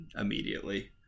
immediately